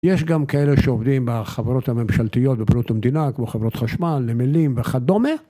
יש גם כאלה שעובדים בחברות הממשלתיות בבעלות המדינה כמו חברות חשמל, נמלים וכדומה